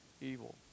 evil